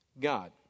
God